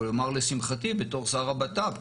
אני יכול לומר לשמחתי בתור שר הבט"פ.